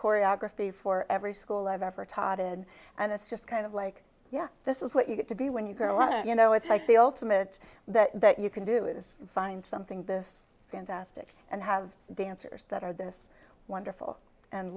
choreography for every school i've ever taught it and this just kind of like yeah this is what you get to be when you grow you know it's like the ultimate that that you can do is find something this fantastic and have dancers that are this wonderful and